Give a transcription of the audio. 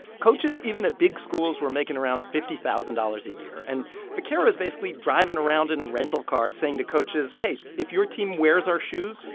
coaches even at big schools were making around fifty thousand dollars a year. and vaccaro's basically driving around in a rental car saying to coaches, hey, if your team wears our shoes,